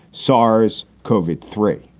sars covid three.